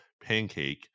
pancake